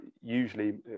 usually